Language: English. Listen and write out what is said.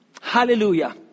Hallelujah